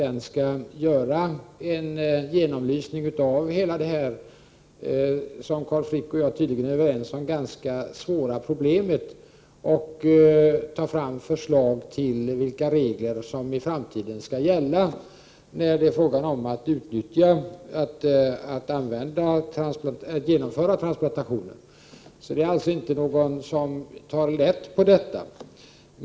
Den skall göra en genomlysning av hela det här, som Carl Frick och jag tydligen är överens om, ganska svåra problemet och ta fram förslag till vilka regler som i framtiden skall gälla när det är fråga om att genomföra transplantationer. Det är alltså inte någon som tar lätt på detta.